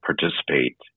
participate